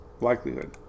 likelihood